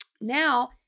now